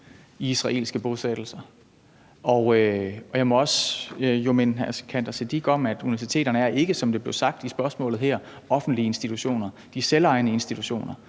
i israelske bosættelser, og jeg må også minde hr. Sikandar Siddique om, at universiteterne ikke, som det blev sagt i spørgsmålet her, er offentlige institutioner. De er selvejende institutioner,